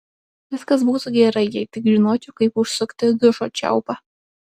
viskas būtų gerai jei tik žinočiau kaip užsukti dušo čiaupą